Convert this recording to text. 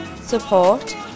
support